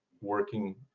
working